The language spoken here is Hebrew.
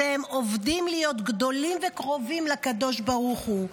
אתם עובדים להיות גדולים וקרובים לקדוש ברוך הוא,